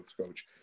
coach